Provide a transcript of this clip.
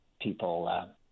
people